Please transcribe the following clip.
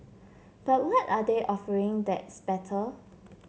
but what are they offering that's better